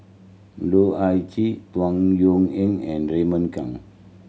Loh Ah Chee Tung Yue Ying and Raymond Kang